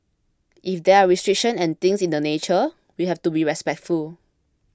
if there are restrictions and things in that nature we have to be respectful